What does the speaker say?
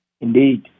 Indeed